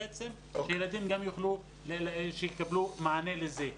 שילדים גם יקבלו מענה לזה.